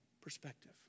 perspective